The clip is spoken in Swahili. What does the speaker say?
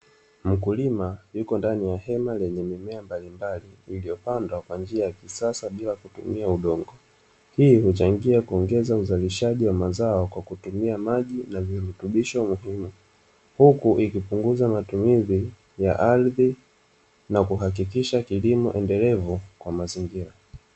Mkulima yupo ndani ya hema lenye mimea mbalimbali, iliyopandwa kwa njia ya kisasa bila kutumia udongo. Hii huchangia kuongeza uzalishaji wa mazao kwa kutumia maji na virutubisho muhimu, huku ikipunguza matumizi ya ardhi na kuhakikisha kilimo endelevu kwa mazingira.